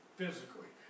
physically